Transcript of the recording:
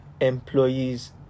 employees